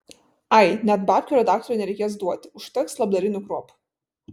ai net babkių redaktoriui nereikės duoti užteks labdarinių kruopų